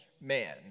man